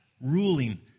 ruling